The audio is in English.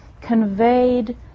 conveyed